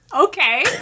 okay